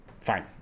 Fine